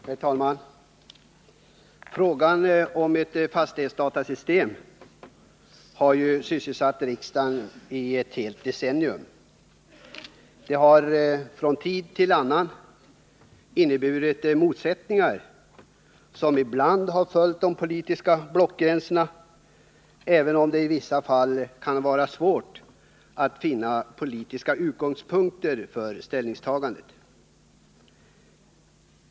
Herr talman! Frågan om ett fastighetsdatasystem har sysselsatt riksdagen i ett helt decennium. Det har från tid till annan inneburit motsättningar, som ibland följt de politiska blockgränserna, även om det i vissa fall kan vara svårt att finna politiska utgångspunkter för ställningstagandena.